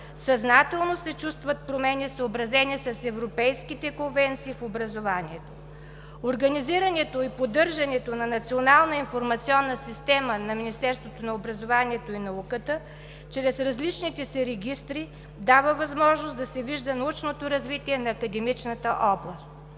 съзнателно се чувстват промените, съобразени с европейските конвенции в образованието. Организирането и поддържането на Национална информационна система на Министерството на образованието и науката, чрез различните си регистри, дава възможност да се вижда научното развитие на академичната област.